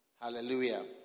Hallelujah